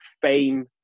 fame